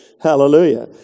Hallelujah